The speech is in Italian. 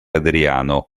adriano